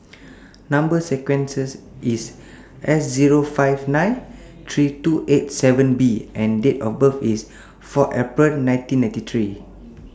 Number sequence IS S Zero five nine three two eight seven B and Date of birth IS four April nineteen ninety three